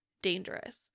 dangerous